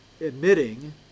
admitting